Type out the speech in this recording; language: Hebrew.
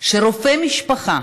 שרופא משפחה